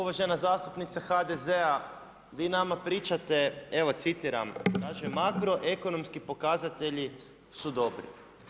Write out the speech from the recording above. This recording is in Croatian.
Uvažena zastupnice HDZ-a, vi nama pričate, evo citiram „makroekonomski pokazatelji su dobri“